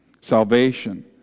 salvation